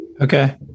Okay